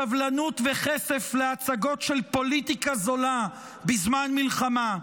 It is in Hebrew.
סבלנות וכסף להצגות של פוליטיקה זולה בזמן מלחמה.